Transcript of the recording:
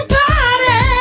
party